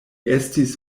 estis